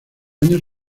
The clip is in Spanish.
años